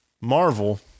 marvel